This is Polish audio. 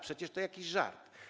Przecież to jakiś żart.